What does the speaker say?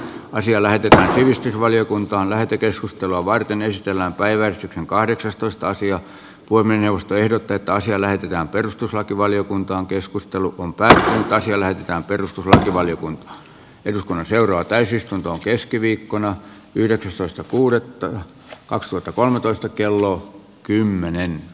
asia lähetetään sivistysvaliokuntaan lähetekeskustelua varten ystävänpäivä on kahdeksastoista sija voimme neuvosto ehdottaa taas eläytyvä perustuslakivaliokuntaan keskustelu on pääsääntöä sielläkään perustuslakivaliokuntaa eduskunnan seuraa täysistuntoon keskiviikkona yhdeksästoista kuudetta kaksituhattakolmetoista kello kymmenen